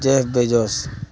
Jeff Bezos